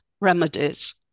remedies